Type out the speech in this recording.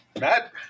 Matt